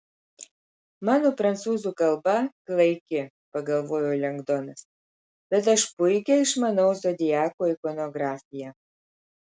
mano prancūzų kalba klaiki pagalvojo lengdonas bet aš puikiai išmanau zodiako ikonografiją